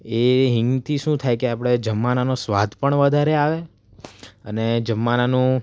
એ હિંગથી શું થાય કે આપણે જમવાનાનો સ્વાદ પણ વધારે આવે અને જમવાનાનો